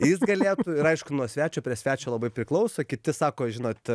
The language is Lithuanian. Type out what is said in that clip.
jis galėtų ir aišku nuo svečio prie svečio labai priklauso kiti sako žinot